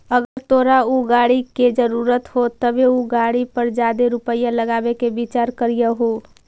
अगर तोरा ऊ गाड़ी के जरूरत हो तबे उ पर जादे रुपईया लगाबे के विचार करीयहूं